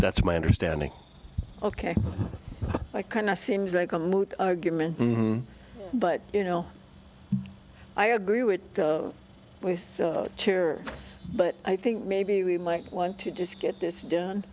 that's my understanding ok i kind of seems like a moot argument but you know i agree with with the chair but i think maybe we might want to just get this done